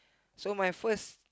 so my first